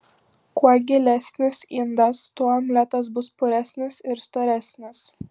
kuo gilesnis indas tuo omletas bus puresnis ir storesnis